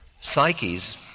psyches